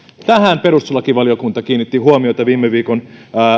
tähän perustuslakivaliokunta kiinnitti huomiota viime viikon